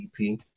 EP